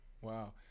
Wow